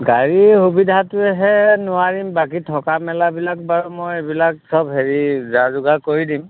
গাড়ীৰ সুবিধাটোহে নোৱাৰিম বাকী থকা মেলাবিলাক বাৰু মই এইবিলাক চব হেৰি যা যোগাৰ কৰি দিম